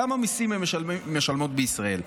כמה מיסים הן משלמות בישראל.